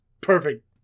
Perfect